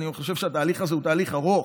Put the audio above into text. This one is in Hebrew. אני חושב שהתהליך הזה הוא תהליך ארוך,